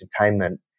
entertainment